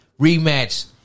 Rematch